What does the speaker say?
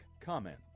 comment